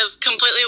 completely